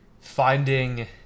finding